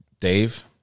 Dave